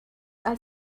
are